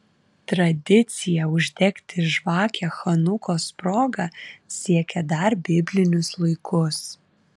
tradicija uždegti žvakę chanukos proga siekia dar biblinius laikus